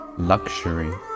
Luxury